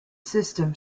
system